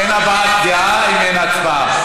אין הבעת דעה אם יש הסכמה.